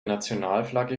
nationalflagge